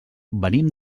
venim